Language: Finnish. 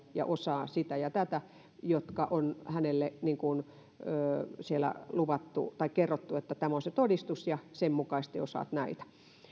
ja osaa juuri nämä asiat jotka on hänelle siellä kerrottu että tämä on se todistus ja sen mukaisesti osaa näitä